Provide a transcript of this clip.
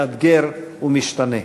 מאתגר ומשתנה.